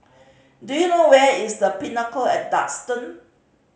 do you know where is The Pinnacle at Duxton